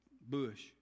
bush